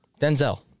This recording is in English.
Denzel